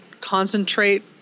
concentrate